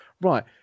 Right